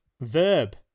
Verb